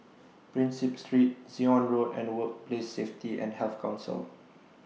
Prinsep Street Zion Road and Workplace Safety and Health Council